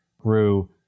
grew